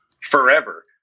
forever